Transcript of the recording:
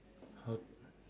how